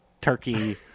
turkey